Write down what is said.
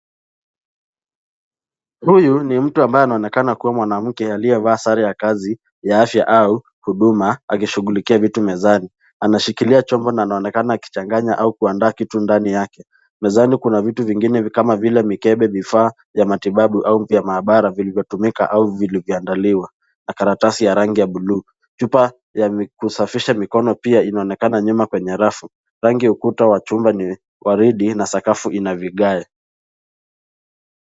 Huyu ni mtu anayeonekana kuwa mwanamke, labda mfanyakazi wa afya au anayeshughulikia vitu mezani. Anashikilia chombo na anaonekana akichanganya au kuandaa kitu ndani yake. Mezani kuna vitu vingine kama vile mikebe, vifaa vya matibabu au vya maabara vilivyowekwa au vilivyopangwa, na karatasi ya rangi ya buluu. Chupa ya kusafisha mikono pia inaonekana nyuma kwenye rafu. Rangi ya ukuta ni waridi na sakafu imewekwa vigae.